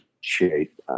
shape